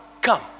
come